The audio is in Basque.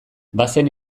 bazen